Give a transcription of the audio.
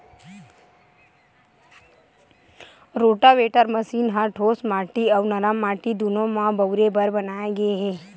rotavator machine ह ठोस माटी अउ नरम माटी दूनो म बउरे बर बनाए गे हे